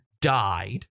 died